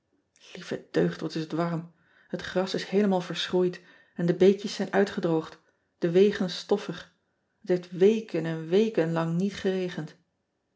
ieve deugd wat is het warm et gras is heelemaal verschroeid en de beekjes zijn uitgedroogd de wegen stoffig et heeft weken en weken lang niet geregend